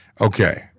Okay